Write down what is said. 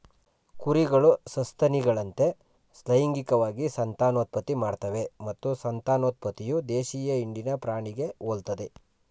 ಕುರಿಗಳು ಸಸ್ತನಿಗಳಂತೆ ಲೈಂಗಿಕವಾಗಿ ಸಂತಾನೋತ್ಪತ್ತಿ ಮಾಡ್ತವೆ ಮತ್ತು ಸಂತಾನೋತ್ಪತ್ತಿಯು ದೇಶೀಯ ಹಿಂಡಿನ ಪ್ರಾಣಿಗೆ ಹೋಲ್ತದೆ